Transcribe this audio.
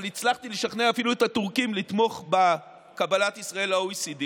אבל הצלחתי לשכנע אפילו את הטורקים לתמוך בקבלת ישראל ל-OECD.